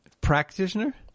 Practitioner